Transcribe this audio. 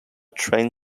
train